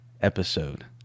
episode